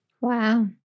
Wow